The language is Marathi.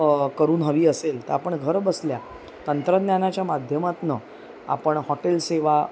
करून हवी असेल तर आपण घरबसल्या तंत्रज्ञानाच्या माध्यमातून आपण हॉटेल सेवा